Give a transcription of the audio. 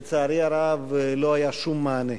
לצערי הרב לא היה שום מענה.